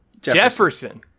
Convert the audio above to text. Jefferson